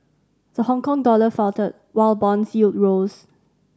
the Hongkong dollar faltered while bond yields rose